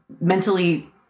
mentally